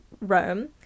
Rome